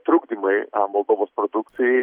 trukdymai moldovos produkcijai